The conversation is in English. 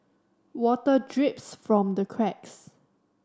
water drips from the cracks